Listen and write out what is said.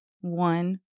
One